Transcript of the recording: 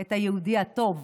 את היהודי הטוב,